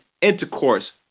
intercourse